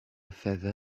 feather